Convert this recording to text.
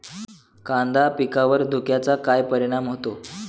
कांदा पिकावर धुक्याचा काय परिणाम होतो?